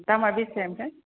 दामा बेसे ओमफ्राय